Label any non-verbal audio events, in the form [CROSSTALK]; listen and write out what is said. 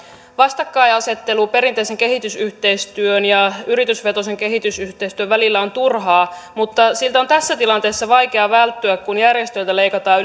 vastakkainasettelu perinteisen kehitysyhteistyön ja yritysvetoisen kehitysyhteistyön välillä on turhaa mutta siltä on tässä tilanteessa vaikea välttyä kun järjestöiltä leikataan [UNINTELLIGIBLE]